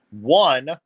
One